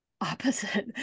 opposite